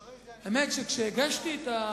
תודה,